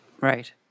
Right